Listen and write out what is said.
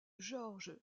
georges